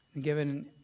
given